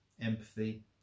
empathy